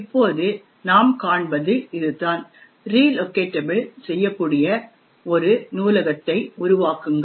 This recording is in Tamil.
இப்போது நாம் காண்பது இதுதான் ரிலோகேட்டபிள் செய்யக்கூடிய ஒரு நூலகத்தை உருவாக்குங்கள்